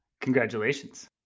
Congratulations